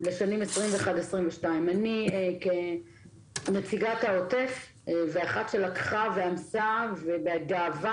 לשנים 2021-2022. כנציגת העוטף ואחת שבגאווה